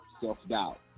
self-doubt